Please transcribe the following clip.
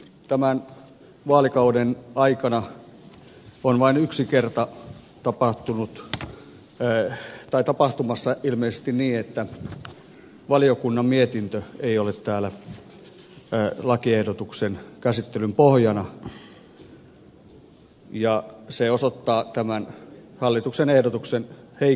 tämän vaalikauden aikana on vain yhden kerran tapahtumassa ilmeisesti niin että valiokunnan mietintö ei ole täällä lakiehdotuksen käsittelyn pohjana ja se osoittaa hallituksen ehdotuksen heikkoutta